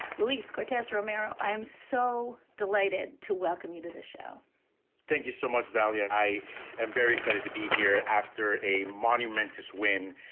luis cortez romero. i am so delighted to welcome you to the show thank you so much, dahlia. i am very excited to be here. after a monumental win,